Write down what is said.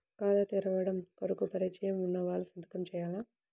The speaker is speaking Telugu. ఖాతా తెరవడం కొరకు పరిచయము వున్నవాళ్లు సంతకము చేయాలా?